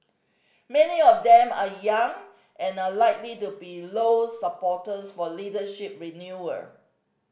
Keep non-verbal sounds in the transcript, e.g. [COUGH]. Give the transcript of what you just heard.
many of them are young and are likely to be Low's supporters for leadership [UNINTELLIGIBLE]